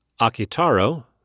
Akitaro